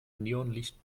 neonlicht